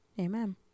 Amen